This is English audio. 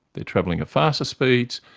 they're travelling at faster speeds,